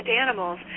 animals